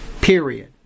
Period